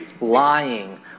lying